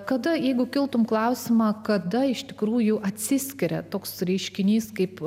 kada jeigu kiltumei klausimą kada iš tikrųjų atsiskiria toks reiškinys kaip